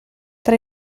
tra